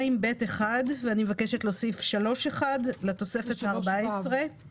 2(ב)(1) אני מבקשת להוסיף את סעיף 3(ו) - לתוספת הארבע-עשרה,